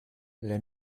les